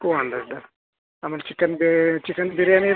to hundred ಆಮೇಲೆ ಚಿಕನ್ನಿಗೆ chicken biryani ರೀ